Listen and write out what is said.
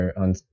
on